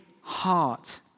heart